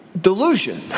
delusion